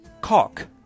cock